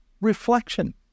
reflection